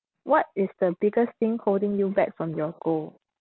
what is the biggest thing holding you back from your goal